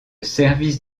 service